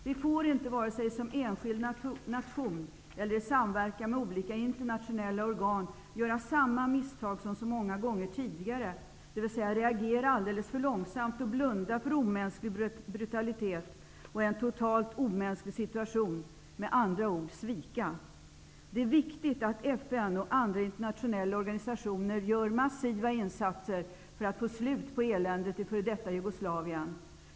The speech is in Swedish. Vi får inte vare sig som enskild nation eller i samverkan med olika internationella organ göra samma misstag som så många gånger tidigare, dvs. reagera alldeles för långsamt och blunda för omänsklig brutalitet och en totalt omänsklig situation -- med andra ord svika. Det är viktigt att FN och andra internationella organisationer gör massiva insatser för att få slut på eländet i f.d. Jugoslavien.